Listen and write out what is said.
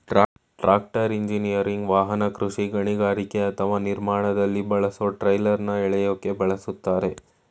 tractor engineering ವಾಹನ ಕೃಷಿ ಗಣಿಗಾರಿಕೆ ಅಥವಾ ನಿರ್ಮಾಣದಲ್ಲಿ ಬಳಸೊ ಟ್ರೈಲರ್ನ ಎಳ್ಯೋಕೆ ಬಳುಸ್ತರೆ